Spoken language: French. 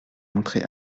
montrer